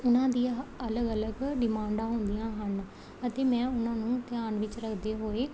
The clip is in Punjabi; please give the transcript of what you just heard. ਉਹਨਾਂ ਦੀਆਂ ਅਲੱਗ ਅਲੱਗ ਡਿਮਾਂਡਾਂ ਹੁੰਦੀਆਂ ਹਨ ਅਤੇ ਮੈਂ ਉਹਨਾਂ ਨੂੰ ਧਿਆਨ ਵਿੱਚ ਰੱਖਦੇ ਹੋਏ